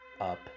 up